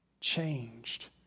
changed